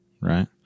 right